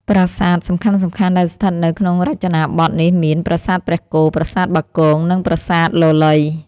ប្រាសាទ សំខាន់ៗដែលស្ថិតនៅក្នុងរចនាបថនេះមាន ប្រាសាទព្រះគោ ប្រាសាទបាគង និងប្រាសាទលលៃ។